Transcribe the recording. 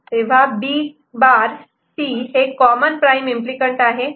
तर B' C हे common prime implicant आहे